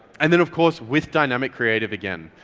and then of course with dynamic creative again.